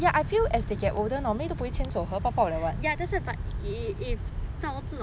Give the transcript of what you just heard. ya that's why but if 到这种 age